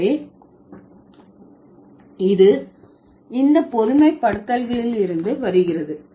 எனவே இது இந்த பொதுமைப்படுத்தல்களிலிருந்து வருகிறது